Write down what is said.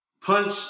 punch